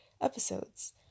episodes